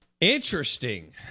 Interesting